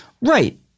Right